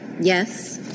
Yes